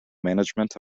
management